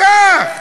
קח.